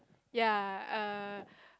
ya err